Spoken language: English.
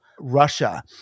Russia